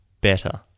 better